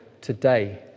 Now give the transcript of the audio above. today